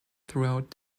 throughout